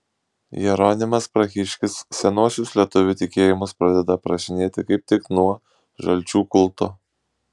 jeronimas prahiškis senuosius lietuvių tikėjimus pradeda aprašinėti kaip tik nuo žalčių kulto